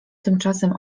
tymczasem